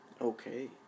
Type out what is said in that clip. Okay